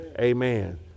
Amen